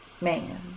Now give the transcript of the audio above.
man